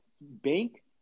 bank